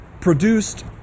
produced